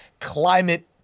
climate